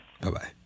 Bye-bye